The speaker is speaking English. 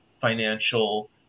financial